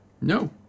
No